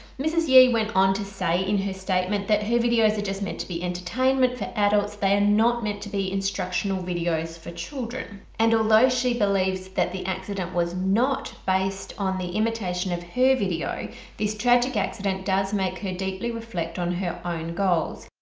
ms yeah went on to say in her statement that her videos are just meant to be entertainment for adults they are not meant to be instructional videos for children and although she believes that the accident was not based on the imitation of her video this tragic accident does make her deeply reflect on her own goals.